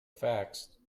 facts